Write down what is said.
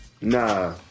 Nah